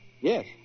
Yes